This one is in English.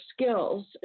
skills